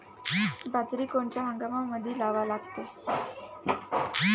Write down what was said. बाजरी कोनच्या हंगामामंदी लावा लागते?